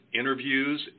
interviews